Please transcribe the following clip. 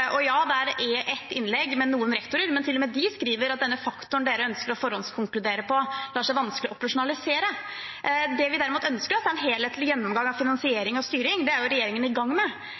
Og ja, det er ett innlegg med noen rektorer, men til og med de skriver at denne faktoren dere ønsker å forhåndskonkludere på, vanskelig lar seg operasjonalisere. Det vi derimot ønsker oss, er en helhetlig gjennomgang av finansiering og styring, og det er regjeringen i gang med.